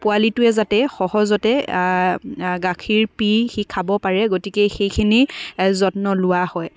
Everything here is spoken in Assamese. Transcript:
পোৱালীটোৱে যাতে সহজতে গাখীৰ পি সি খাব পাৰে গতিকে সেইখিনি যত্ন লোৱা হয়